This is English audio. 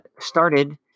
started